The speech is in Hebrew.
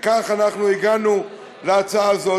וכך אנחנו הגענו להצעה הזאת,